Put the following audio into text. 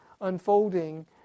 unfolding